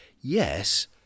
yes